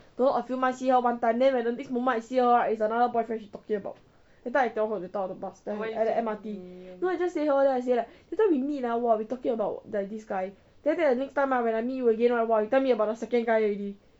don't know a few months see her one time then when the next moment I see her right is another boyfriend she talking about that time I tell her on the bus at the M_R_T no I just say her I say like that time we meet ah we talking about the this guy then after that the next time ah when I meet you again right !wah! you tell me about the second guy already